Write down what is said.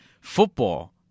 football